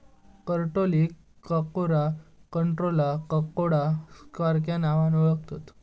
करटोलीक काकोरा, कंटॉला, ककोडा सार्ख्या नावान पण ओळाखतत